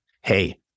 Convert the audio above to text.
Hey